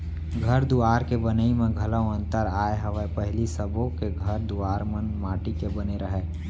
घर दुवार के बनई म घलौ अंतर आय हवय पहिली सबो के घर दुवार मन माटी के बने रहय